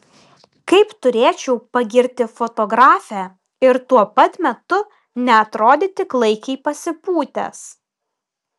kaip turėčiau pagirti fotografę ir tuo pat metu neatrodyti klaikiai pasipūtęs